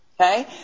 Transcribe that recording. Okay